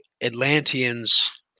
Atlanteans